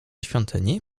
świątyni